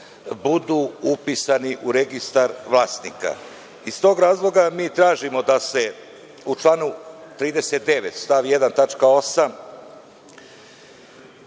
budu upisani u registar vlasnika. Iz tog razloga mi tražimo da se u članu 39. stav 1.